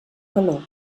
calor